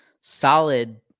solid